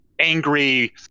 angry